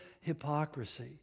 hypocrisy